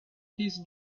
his